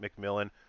McMillan